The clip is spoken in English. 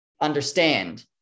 Understand